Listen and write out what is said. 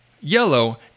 yellow